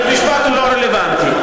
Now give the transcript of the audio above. בית-המשפט הוא לא רלוונטי.